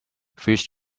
fish